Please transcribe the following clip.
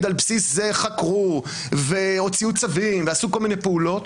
על בסיס זה חקרו והוציאו צווים ועשו כל מיני פעולות,